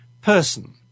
person